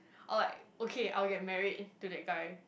or like okay I will get married to that guy